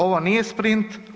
Ovo nije sprint.